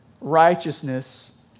righteousness